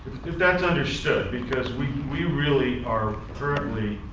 that's understood because we we really are currently